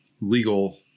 legal